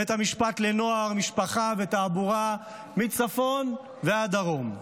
בבית המשפט לנוער, משפחה ותעבורה, מצפון ועד דרום.